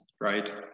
right